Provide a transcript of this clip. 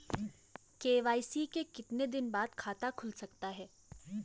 KYC के कितने दिन बाद खाता खुल सकता है?